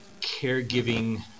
caregiving